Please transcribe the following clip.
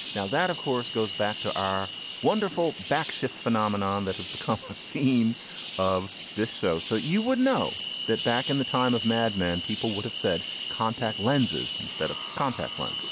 now that, of course, goes back to our wonderful back shift phenomenon that has become a theme of this show. so you would know that back in the time of mad men, people would have said contact lenses instead of contact lens.